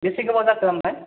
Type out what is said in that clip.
बेसे गोबाव जाखो ओमफ्राय